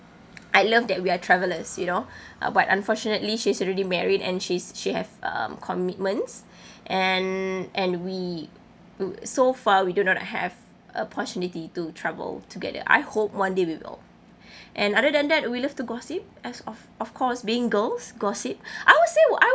I love that we are travellers you know uh but unfortunately she's already married and she's she have um commitments and and we were so far we do not have opportunity to travel together I hope one day we will and other than that we love to gossip as of of course being girls gossip I was so I was